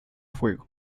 juego